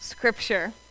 scripture